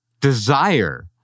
desire